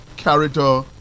character